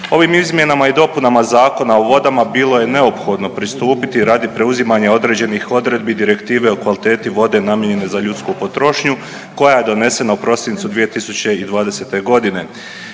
Ovim izmjenama i dopunama Zakona o vodama bilo je neophodno pristupiti radi preuzimanja određenih odredbi Direktive o kvaliteti vode namijenjene za ljudsku potrošnju koja je donesena u prosincu 2020. godine.